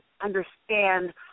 understand